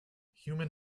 human